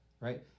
right